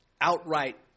outright